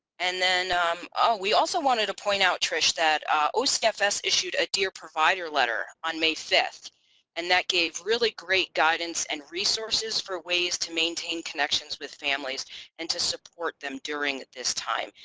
and then um ah we also wanted to point out trish that ocfs issued issued a dear provider letter on may fifth and that gave really great guidance and resources for ways to maintain connections with families and to support them during this time.